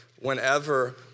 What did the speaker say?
whenever